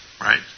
right